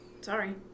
Sorry